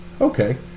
okay